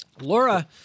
Laura